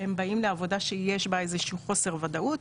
הם באים לעבודה שיש בה איזה שהוא חוסר ודאות.